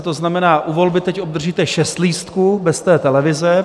To znamená, u volby teď obdržíte šest lístků bez televize.